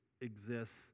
exists